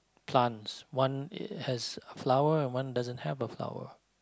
plants one it has flower and one doesn't have a flower